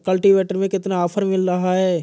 Cultivator में कितना offer मिल रहा है?